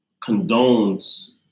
condones